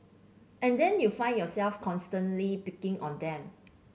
and then you find yourself constantly picking on them